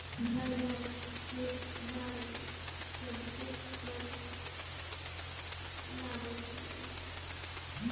घर, गाड़ी, खेत बारी सबपे कर लागत हवे